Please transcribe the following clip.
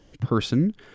person